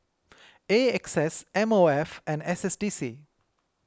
A X S M O F and S S D C